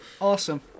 Awesome